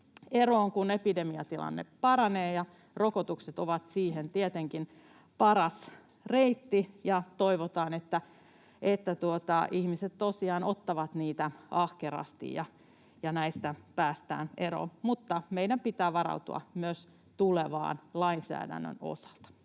eroon, kun epidemiatilanne paranee. Rokotukset ovat siihen tietenkin paras reitti, ja toivotaan, että ihmiset tosiaan ottavat niitä ahkerasti ja näistä päästään eroon. Mutta meidän pitää varautua myös tulevaan lainsäädännön osalta.